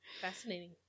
Fascinating